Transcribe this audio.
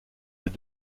des